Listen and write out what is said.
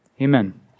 amen